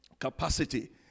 capacity